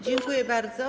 Dziękuję bardzo.